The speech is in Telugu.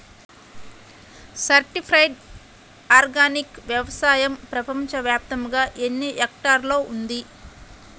సర్టిఫైడ్ ఆర్గానిక్ వ్యవసాయం ప్రపంచ వ్యాప్తముగా ఎన్నిహెక్టర్లలో ఉంది?